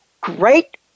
great